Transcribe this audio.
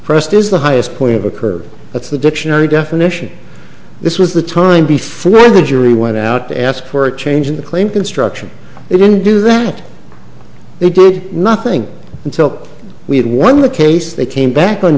pressed is the highest point of a curve that's the dictionary definition this was the time before the jury went out to ask for a change in the claim construction they didn't do that they did nothing until we had won the case they came back on